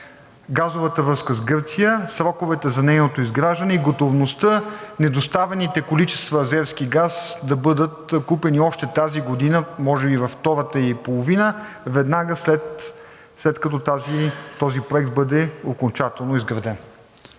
газовата връзка с Гърция, сроковете за нейното изграждане и готовността недоставените количества азерски газ да бъдат купени още тази година – може би във втората ѝ половина, веднага след като този проект бъде окончателно изграден.